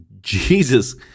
Jesus